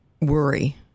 worry